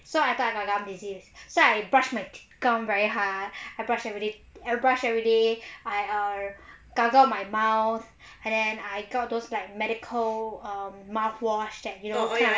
so I thought I got gum disease so I brush my gum very hard I brush everyday I brush everyday I err gargled my mouth and then I got those like medical um mouthwash that you know